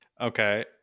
Okay